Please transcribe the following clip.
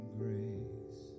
grace